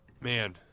man